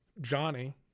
Johnny